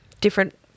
Different